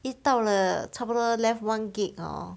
一到了差不多 left one gig hor